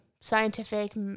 scientific